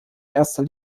erster